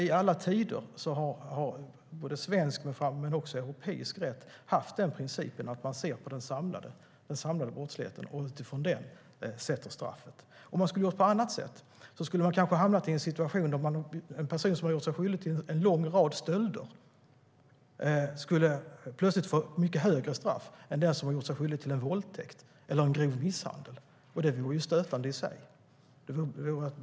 I alla tider har svensk men också europeisk rätt haft den principen att man ser på den samlade brottsligheten och sätter straffen utifrån den. Om man skulle gjort på annat sätt skulle man kanske ha hamnat i en situation där en person som gjort sig skyldig till en lång rad stölder plötsligt skulle få mycket högre straff än den som har gjort sig skyldig till en våldtäkt eller en grov misshandel. Det vore stötande i sig.